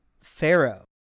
Pharaoh